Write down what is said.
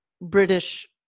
British